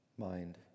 mind